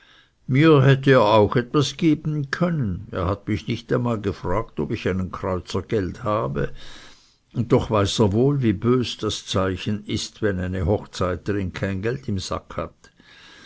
mir hätte er auch etwas geben können er hat mich nicht einmal gefragt ob ich einen kreuzer geld habe und doch weiß er wohl wie bös das zeichen ist wenn eine hochzeiterin kein geld im sack hat